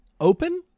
open